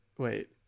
Wait